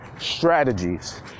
strategies